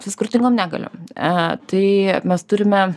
su skirtingom negaliom a tai mes turime